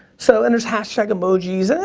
so, and there's hashtags, emojis.